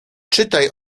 czytaj